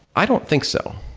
i don't think so.